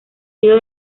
sido